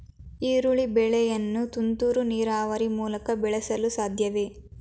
ಈರುಳ್ಳಿ ಬೆಳೆಯನ್ನು ತುಂತುರು ನೀರಾವರಿ ಮೂಲಕ ಬೆಳೆಸಲು ಸಾಧ್ಯವೇ?